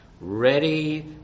ready